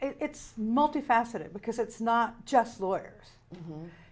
it's multifaceted because it's not just lawyer